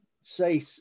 say